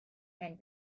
and